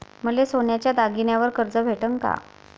मले सोन्याच्या दागिन्यावर कर्ज भेटन का?